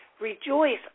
Rejoice